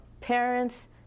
parents